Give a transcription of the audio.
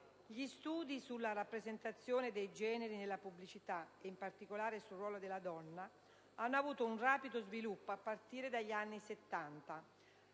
Gli studi sulla rappresentazione dei generi nella pubblicità, ed in particolare sul ruolo della donna, hanno avuto un rapido sviluppo a partire dagli anni Settanta.